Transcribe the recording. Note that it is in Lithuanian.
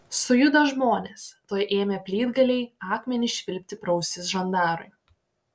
sujudo žmonės tuoj ėmė plytgaliai akmenys švilpti pro ausis žandarui